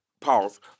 Pause